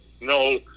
No